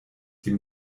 die